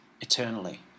eternally